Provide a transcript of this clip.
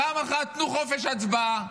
פעם אחת תנו חופש הצבעה.